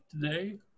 today